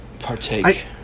partake